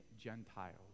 Gentiles